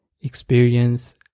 Experience